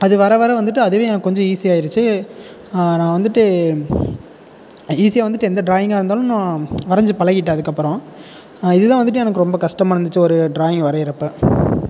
அது வர வர வந்துட்டு அதுவே எனக்கு கொஞ்சம் ஈஸியாயிடுச்சி நான் வந்துட்டு ஈஸியாக வந்துட்டு எந்த டிராயிங்காக இருந்தாலும் நான் வரைஞ்சி பழகிட்டேன் அதுக்கப்புறம் இது தான் வந்துட்டு எனக்கு ரொம்ப கஷ்டமா இருந்துச்சு ஒரு டிராயிங் வரைகிறப்ப